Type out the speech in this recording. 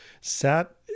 sat